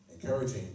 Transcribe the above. Encouraging